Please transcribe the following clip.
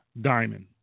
diamond